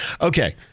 Okay